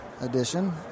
edition